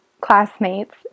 classmates